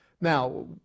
Now